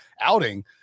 outing